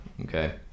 Okay